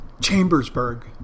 Chambersburg